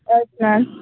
okay madam